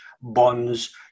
bonds